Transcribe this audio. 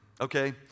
okay